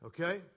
Okay